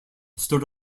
stood